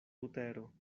butero